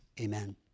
Amen